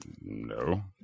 No